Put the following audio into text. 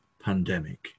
pandemic